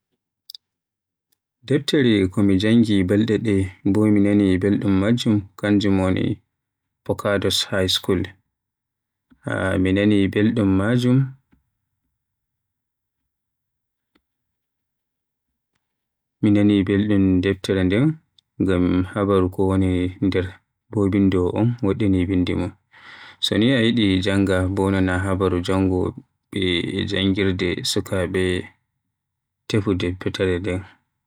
Deftere ko janngi balde ɗe bo mi naani beldum maajjum kanjum woni Forcados High School, mi naani belɗum majjum, deftere nden ngam habaru ko woni nder, bo bindowo on woddini bindi mum. So ni a yiɗi jannga bo naana habaaru jangowoɓe e janngirde sukaaɓe tefu deftere nden.